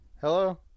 Hello